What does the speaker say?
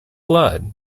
blood